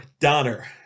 Donner